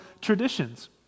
traditions